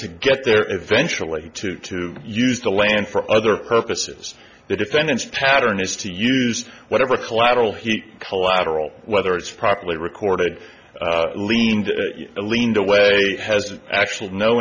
to get there eventually to to use the land for other purposes the defendant's pattern is to use whatever collateral he collateral whether it's properly recorded leaned a lean to way has actually no